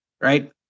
right